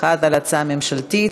אחת על ההצעה הממשלתית,